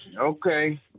Okay